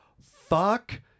fuck